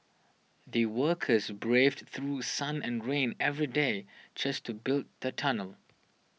the workers braved through sun and rain every day just to build the tunnel